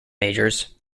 majors